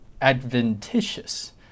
adventitious